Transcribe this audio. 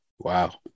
Wow